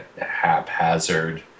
haphazard